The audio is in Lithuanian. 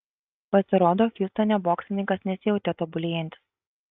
pasirodo hjustone boksininkas nesijautė tobulėjantis